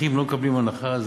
נכים לא מקבלים הנחה?